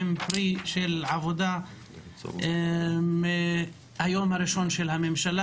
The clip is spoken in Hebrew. הן פרי עבודה שהחלה מיומה הראשון של הממשלה,